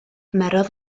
cymerodd